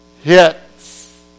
hits